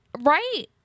right